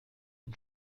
und